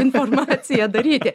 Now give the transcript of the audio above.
informacija daryti